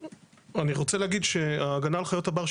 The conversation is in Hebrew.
אני רוצה להגיד שההגנה על חיות הבר,